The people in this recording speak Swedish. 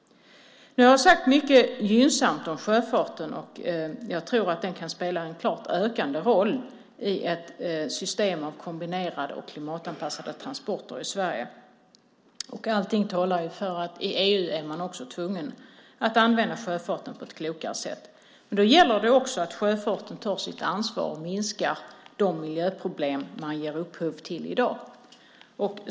Jag har sagt mycket gynnsamt om sjöfarten. Jag tror att den kan spela en klart ökande roll i ett system av kombinerade och klimatanpassade transporter i Sverige. Allting talar för att man också i EU är tvungen att använda sjöfarten på ett klokare sätt. Nu gäller det också att sjöfarten tar sitt ansvar och minskar de miljöproblem man ger upphov till i dag.